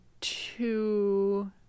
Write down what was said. two